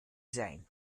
zijn